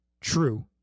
true